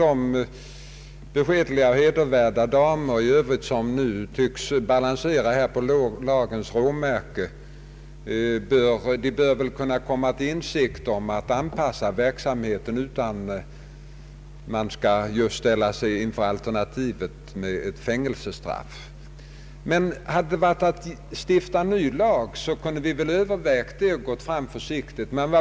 De beskedliga och i övrigt hedervärda damer, som nu tycks balansera på lagens råmärke, bör väl komma till insikt om att de måste anpassa verksamheten så att de inte skall behöva ställas inför alternativet fängelse. Om det hade gällt att stifta ny lag, hade man väl övervägt det och gått fram försiktigt.